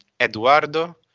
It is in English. eduardo